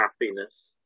happiness